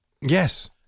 Yes